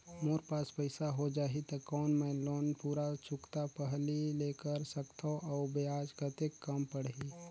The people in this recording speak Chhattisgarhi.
मोर पास पईसा हो जाही त कौन मैं लोन पूरा चुकता पहली ले कर सकथव अउ ब्याज कतेक कम पड़ही?